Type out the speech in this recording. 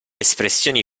espressioni